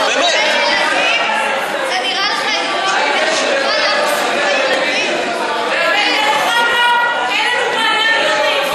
אני מציע לכם להקשיב לדברים, לתת להם לסיים.